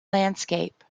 landscape